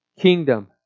Kingdom